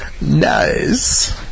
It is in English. Nice